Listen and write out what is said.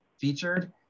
featured